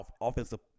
offensive